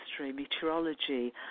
meteorology